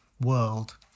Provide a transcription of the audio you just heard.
world